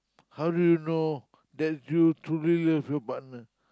how do you know that you truly love your partner